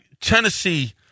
Tennessee